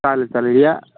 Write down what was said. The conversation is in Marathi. चालेल चालेल या